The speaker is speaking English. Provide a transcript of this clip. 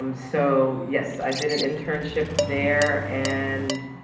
um so, yes i did an internship there and,